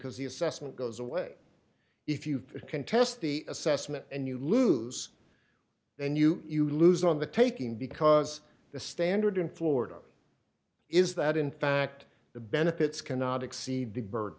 because the assessment goes away if you contest the assessment and you lose then you you lose on the taking because the standard in florida is that in fact the benefits cannot exceed